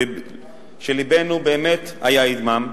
ולבנו באמת היה עמם,